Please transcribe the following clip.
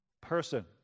person